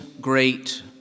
great